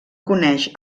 coneix